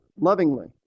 lovingly